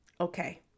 Okay